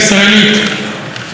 הינה, למשל, המילה